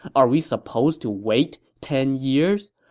are we supposed to wait ten years?